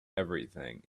everything